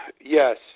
Yes